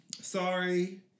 Sorry